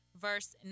verse